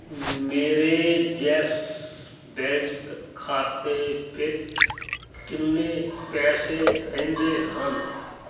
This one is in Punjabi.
ਮੇਰੇ ਯੈੱਸ ਬੈਂਕ ਖਾਤੇ ਵਿੱਚ ਕਿੰਨੇ ਪੈਸੇ ਰਹਿੰਦੇ ਹਨ